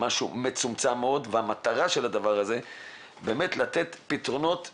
משהו מצומצם מאוד ומטרת הדבר הזה לתת פתרונות יעילים.